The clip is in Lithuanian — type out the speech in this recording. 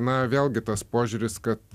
na vėlgi tas požiūris kad